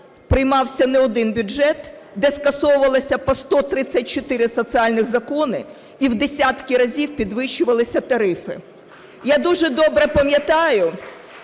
приймався не один бюджет, де скасовувалися по 134 соціальні закони і в десятки разів підвищувалися тарифи. Я дуже добре пам'ятаю,